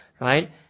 right